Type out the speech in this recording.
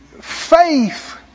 Faith